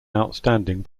outstanding